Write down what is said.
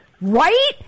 Right